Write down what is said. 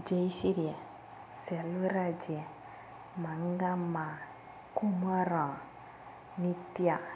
Jayasuriya Selvaraj Mangamma Kumara Nithya